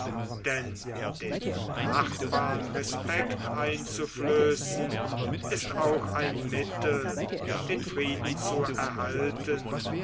denn dem nachbarn respekt einzuflößen ist auch ein mittel den frieden zu erhalten